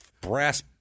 brass